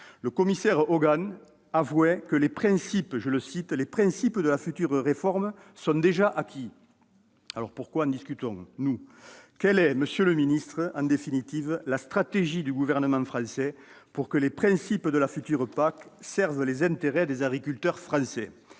Le commissaire Hogan avouait que « les principes de la future réforme sont déjà acquis ». Alors, pourquoi en discutons-nous ? Quelle est en définitive, monsieur le ministre, la stratégie du gouvernement français pour que les principes de la future PAC servent les intérêts des agriculteurs français ?